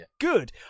good